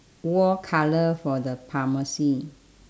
wall colour for the pharmacy